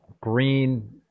green